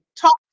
talk